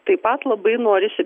taip pat labai norisi